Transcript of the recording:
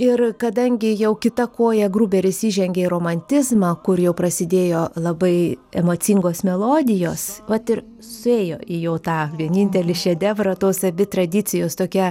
ir kadangi jau kita koja gruberis įžengė į romantizmą kur jau prasidėjo labai emocingos melodijos vat ir suėjo į jau tą vienintelį šedevrą tos abi tradicijos tokia